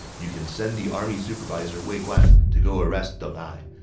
you can send the army supervisor wei guan to go arrest deng ai.